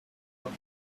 book